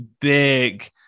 Big